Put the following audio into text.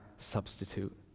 substitute